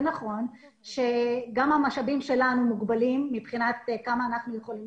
נכון שגם המשאבים שלנו מוגבלים מבחינת כמה אנחנו יכולים